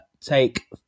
take